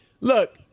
Look